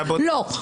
לא.